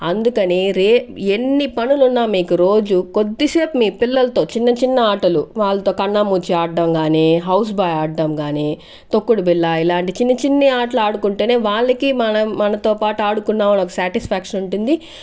అందుకని రే ఎన్ని పనులు ఉన్నా మీకు రోజు కొద్దిసేపు మీ పిల్లలతో చిన్నచిన్న ఆటలు వాళ్ళతో కన్నా ముచ్చి ఆడడం గాని హౌస్బై ఆడడం కాని తోక్కుడు బిల్లా ఇలాంటి చిన్ని చిన్ని ఆటలు ఆడుకుంటేనే వాళ్ళకి మనం మనతో పాటు ఆడుకున్నామని ఒక సాటిస్ఫాక్షన్ ఉంటుంది